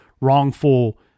wrongful